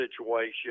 situation